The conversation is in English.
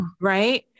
Right